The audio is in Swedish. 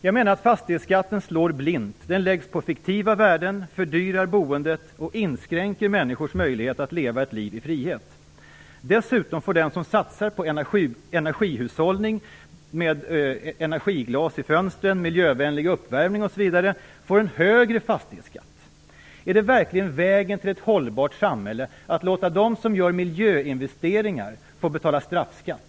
Jag menar att fastighetsskatten slår blint. Den läggs på fiktiva värden, fördyrar boendet och inskränker människors möjlighet att leva ett liv i frihet. Dessutom får den som satsar på energihushållning med energiglas i fönstren, miljövänlig uppvärmning osv. en högre fastighetsskatt. Är det verkligen vägen till ett hållbart samhälle, att låta dem som gör miljöinvesteringar få betala straffskatt?